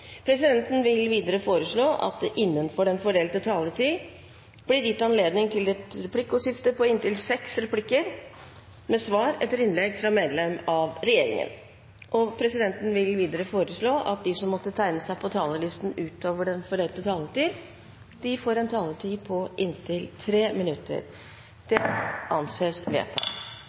vil presidenten foreslå at det blir gitt anledning til replikkordskifte på inntil seks replikker med svar etter innlegg fra medlemmer av regjeringen innenfor den fordelte taletid. Videre blir det foreslått at de som måtte tegne seg på talerlisten utover den fordelte taletid, får en taletid på inntil 3 minutter.